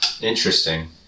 Interesting